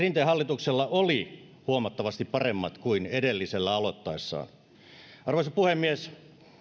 hallituksella olivat huomattavasti paremmat kuin edellisellä aloittaessaan arvoisa puhemies